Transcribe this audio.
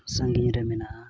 ᱥᱟᱺᱜᱤᱧ ᱨᱮ ᱢᱮᱱᱟᱜᱼᱟ